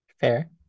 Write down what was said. Fair